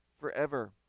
forever